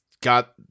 got